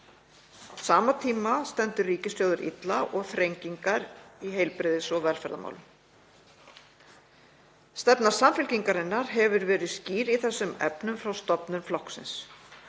sama tíma stendur ríkissjóður illa og þrengingar eru í heilbrigðis- og velferðarmálum. Stefna Samfylkingarinnar hefur verið skýr í þessum efnum frá stofnun flokksins.